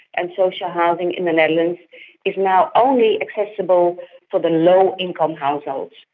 and social housing in the netherlands is now only accessible for the low income households,